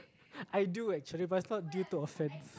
I do actually but it's not due to offense